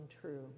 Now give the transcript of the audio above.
true